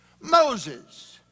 Moses